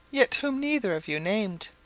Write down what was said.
yet whom neither of you named.